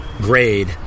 grade